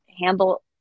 handle